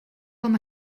com